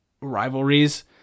rivalries